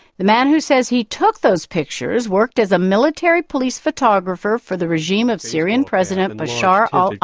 the man who says he took those pictures worked as a military police photographer for the regime of syrian president bashar ah